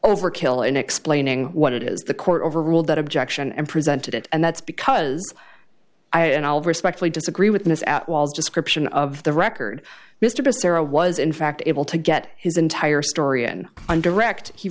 overkill in explaining what it is the court overruled that objection and presented it and that's because i and i'll respectfully disagree with ms at wall's description of the record mr basara was in fact able to get his entire story in one direct